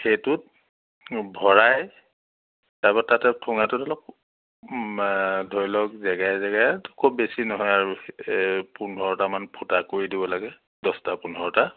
সেইটোত ভৰাই তাপা তাতে ঠোঙাটোত ধৰি লওক জেগাই জেগাই খুব বেছি নহয় আৰু পোন্ধৰটামান ফুটা কৰি দিব লাগে দহটা পোন্ধৰটা